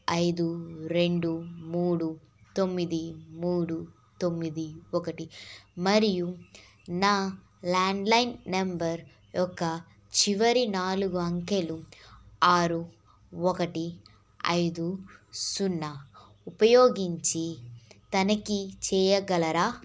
ఐదు రెండు మూడు తొమ్మిది మూడు తొమ్మిది ఒకటి మరియు నా ల్యాండ్లైన్ నెంబర్ యొక్క చివరి నాలుగు అంకెలు ఆరు ఒకటి ఐదు సున్నా ఉపయోగించి తనిఖీ చేయగలరా